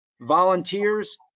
volunteers